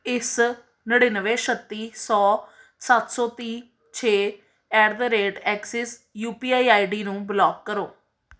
ਇਸ ਨੜ੍ਹਿਨਵੇਂ ਛੱਤੀ ਸੌ ਸੱਤ ਸੌ ਤੀਹ ਛੇ at the rate Axis U P I I D ਨੂੰ ਬਲਾਕ ਕਰੋ